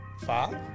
five